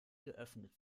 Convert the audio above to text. geöffnet